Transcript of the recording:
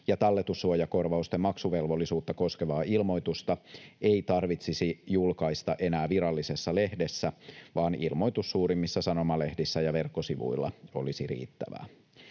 ja talletussuojakorvausten maksuvelvollisuutta koskevaa ilmoitusta ei tarvitsisi julkaista enää Virallisessa lehdessä, vaan ilmoitus suurimmissa sanomalehdissä ja verkkosivuilla olisi riittävää.